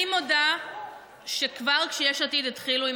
אני מודה שכבר כשיש עתיד התחילו עם